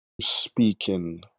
speaking